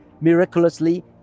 miraculously